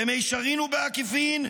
במישרין או בעקיפין,